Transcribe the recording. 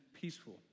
peaceful